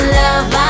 love